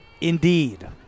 Indeed